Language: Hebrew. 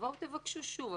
תבואו ותבקשו שוב.